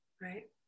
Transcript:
right